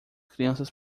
crianças